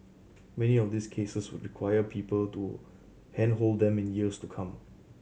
many of these cases would require people to handhold them in years to come